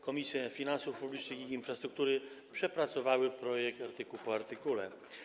Komisje: Finansów Publicznych i Infrastruktury przepracowały projekt artykuł po artykule.